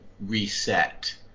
reset